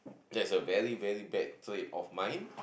that's a very very bad trait of mine